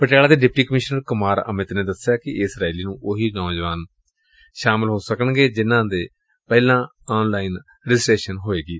ਪਟਿਆਲਾ ਦੇ deputy commissioner Kumar Amit ਨੇ ਦਸਿਐ ਕਿ ਏਸ ਰੈਲੀ ਚ ਉਹੀ ਨੌਜਵਾਨ ਸ਼ਾਮਲ ਹੋ ਸਕਣਗੇ ਜਿਨਾਂ ਨੇ ਪਹਿਲਾਂ ਆਨ ਲਾਈਨ ਰਜਿਸਟਰੇਸ਼ਨ ਕਰਵਾਈ ਹੋਵੇਗੀ